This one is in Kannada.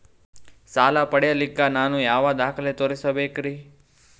ಸಾಲ ಪಡಿಲಿಕ್ಕ ನಾನು ಯಾವ ದಾಖಲೆ ತೋರಿಸಬೇಕರಿ?